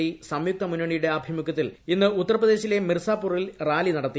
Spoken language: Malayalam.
ഡി സംയുക്ത മുന്നണിയുടെ ആഭിമുഖ്യത്തിൽ ഇന്ന് ഉത്തർപ്രദേശില്പ്പൂർസാപൂറിൽ റാലി നടത്തി